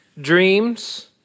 dreams